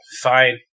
Fine